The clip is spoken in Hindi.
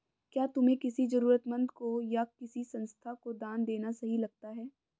क्या तुम्हें किसी जरूरतमंद को या किसी संस्था को दान देना सही लगता है?